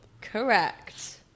correct